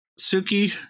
Suki